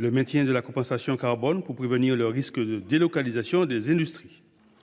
au maintien de la compensation carbone pour prévenir le risque de délocalisation des industries.